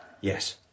Yes